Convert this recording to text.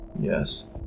Yes